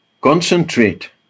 concentrate